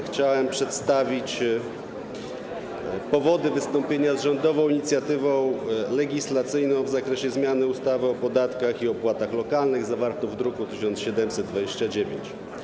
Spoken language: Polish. Chciałem przedstawić powody wystąpienia z rządową inicjatywą legislacyjną w zakresie zmiany ustawy o podatkach i opłatach lokalnych, druk nr 1729.